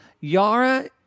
Yara